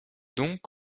donc